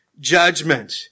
judgment